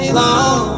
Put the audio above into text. long